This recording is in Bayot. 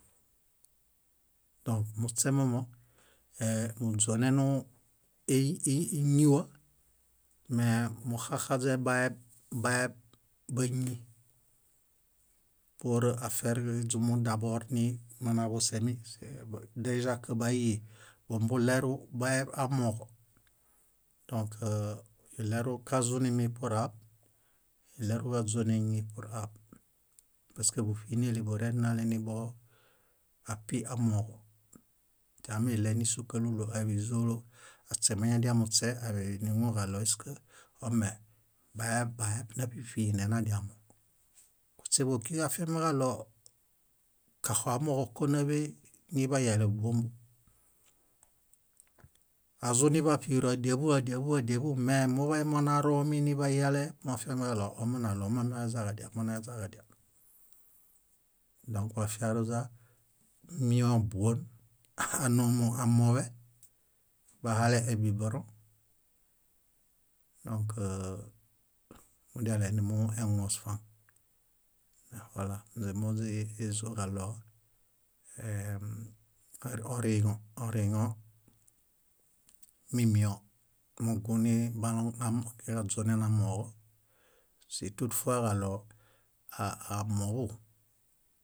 Dõk muśemomo muźonenu é- é- íñiwa me muxaxaźen baeb baeb báñi pur afer źumudabor ni monaḃosemi deĵak baihi bumumbuɭeru baeb ammoġo. Dõk iɭeru kazunimi pur aab, iɭeruġaźon éñi pur aab paske búṗiineli borenale niboo api amooġo teamiɭe nísukalulo aiḃizolo aśemañadiamuśe niŋuġaɭo ome baeb baeb náṗiṗine nadiamo. Kuśeḃuġo ókiro afiamiġaɭo kaxoamooġo kónaḃe niḃaiyale bóbombo. Azunibaṗiro ádiabon, ádiabon, ádiabon ma muḃay monarominiḃaiyale moafiamiġaɭ omunaɭomonaeźaġadial monaeźaġadial. Dõk wafiaruźa moi bón ano ómu amoḃe bahale ebibirõ. Dõk mudiale numueŋuos faŋ. Wala ínźe móźiezoġaɭo ee- oriŋo oriŋo mimio muġũ nii baloŋ am- kaźonen amooġo situt fuaġaɭo a- a- amoḃu,